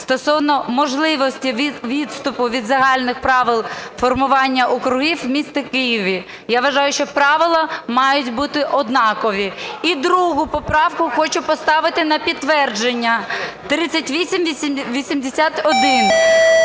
стосовно можливості відступу від загальних правил формування округів міста Києва. Я вважаю, що правила мають бути однакові. І другу поправку хочу поставити на підтвердження 3881.